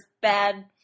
bad